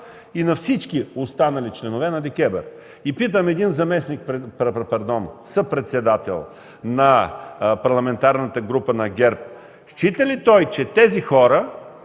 и на всички останали членове на ДКЕВР? Питам един съпредседател на Парламентарната група на ГЕРБ: счита ли той, че тези хора